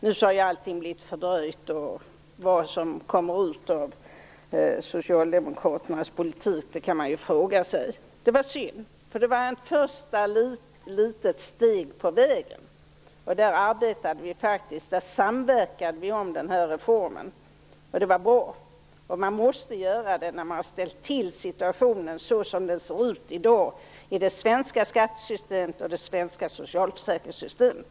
Nu har allt blivit fördröjt och man kan fråga sig vad som kommer ut av socialdemokraternas politik. Det är synd. Det var ett första litet steg på vägen. Vi samverkade faktiskt om den här reformen. Det var bra. Det måste man göra när man har ställt till situationen så som den ser ut i dag i det svenska skattesystemet och i det svenska socialförsäkringssystemet.